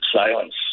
silence